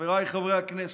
חבריי חברי הכנסת,